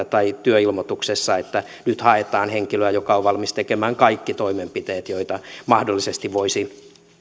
tai työilmoituksessa lukea että nyt haetaan henkilöä joka on valmis tekemään kaikki toimenpiteet joita mahdollisesti voisi